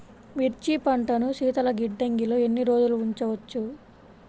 మిర్చి పంటను శీతల గిడ్డంగిలో ఎన్ని రోజులు ఉంచవచ్చు?